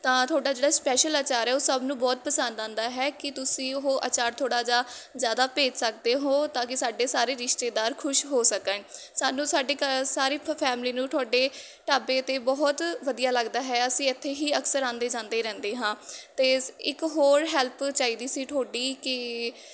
ਤਾਂ ਤੁਹਾਡਾ ਜਿਹੜਾ ਸਪੈਸ਼ਲ ਆਚਾਰ ਹੈ ਉਹ ਸਭ ਨੂੰ ਬਹੁਤ ਪਸੰਦ ਆਉਂਦਾ ਹੈ ਕਿ ਤੁਸੀਂ ਉਹ ਆਚਾਰ ਥੋੜ੍ਹਾ ਜਿਹਾ ਜ਼ਿਆਦਾ ਭੇਜ ਸਕਦੇ ਹੋ ਤਾਂ ਕਿ ਸਾਡੇ ਸਾਰੇ ਰਿਸ਼ਤੇਦਾਰ ਖੁਸ਼ ਹੋ ਸਕਣ ਸਾਨੂੰ ਸਾਡੇ ਘ ਸਾਰੀ ਫੈਮਲੀ ਨੂੰ ਤੁਹਾਡੇ ਢਾਬੇ 'ਤੇ ਬਹੁਤ ਵਧੀਆ ਲੱਗਦਾ ਹੈ ਅਸੀਂ ਇੱਥੇ ਹੀ ਅਕਸਰ ਆਉਂਦੇ ਜਾਂਦੇ ਰਹਿੰਦੇ ਹਾਂ ਅਤੇ ਇੱਕ ਹੋਰ ਹੈਲਪ ਚਾਹੀਦੀ ਸੀ ਤੁਹਾਡੀ ਕਿ